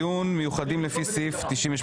הצעות חוק תקציב באופן מוקדם במהלך השנה.